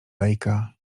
lejka